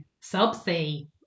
sub-C